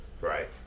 Right